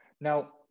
Now